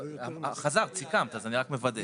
חזרת, סיכמת, אז אני רק מוודא.